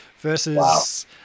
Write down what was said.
versus